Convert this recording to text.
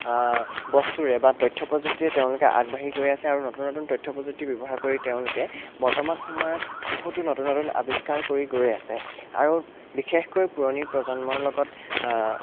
বস্তুৰে বা তথ্য প্ৰযুক্তিৰে তেওঁলোকে আগবাঢ়ি গৈ আছে আৰু নতুন নতুন তথ্য প্ৰযুক্তি ব্যৱহাৰ কৰি তেওঁলোকে বৰ্তমান সময়ত বহুতো নতুন নতুন আৱিস্কাৰ কৰি গৈ আছে আৰু বিশেষকৈ পুৰণি প্ৰজন্মৰ লগত